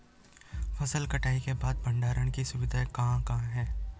फसल कटाई के बाद भंडारण की सुविधाएं कहाँ कहाँ हैं?